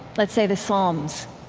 let's say the psalms,